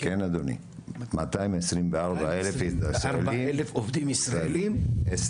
כן אדוני 224,000 ישראלים.